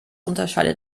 unterscheidet